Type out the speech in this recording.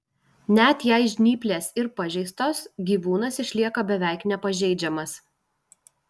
net jei žnyplės ir pažeistos gyvūnas išlieka beveik nepažeidžiamas